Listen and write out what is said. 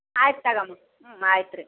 ಆಯ್ತು ತಗೊಮ್ಮ ಹ್ಞೂ ಆಯ್ತು ರೀ